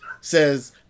says